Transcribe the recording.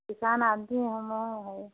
किसान आदमी हम भी हैं